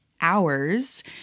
hours